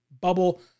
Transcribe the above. Bubble